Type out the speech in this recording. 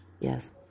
Yes